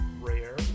rare